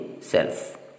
self